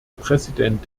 präsident